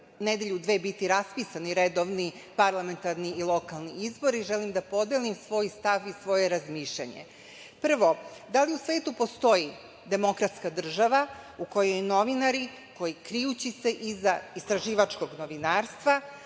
nedelju-dve biti raspisani redovni parlamentarni i lokalni izbori, želim da podelim svoj stav i svoje razmišljanje. Prvo, da li u svetu postoji demokratska država u kojoj novinari, krijući se iza istraživačkog novinarstva,